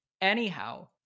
Anyhow